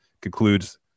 concludes